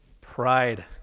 pride